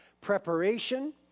Preparation